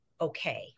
okay